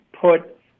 put